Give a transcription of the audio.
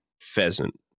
pheasant